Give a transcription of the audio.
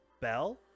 Bell